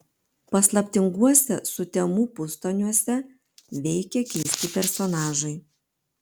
paslaptinguose sutemų pustoniuose veikia keisti personažai